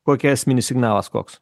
kokia esminis signalas koks